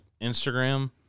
Instagram